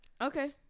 Okay